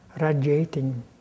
radiating